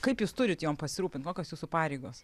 kaip jūs turit jom pasirūpint kokios jūsų pareigos